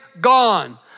gone